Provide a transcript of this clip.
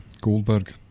Goldberg